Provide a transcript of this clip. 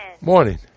Morning